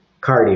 cardio